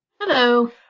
Hello